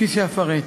כפי שאפרט.